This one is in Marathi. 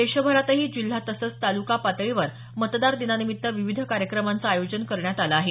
देशभरातही जिल्हा तसंच तालुका पातळीवर मतदार दिनानिमित्त विविध कार्यक्रमांचं आयोजन करण्यात आलं आहे